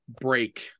break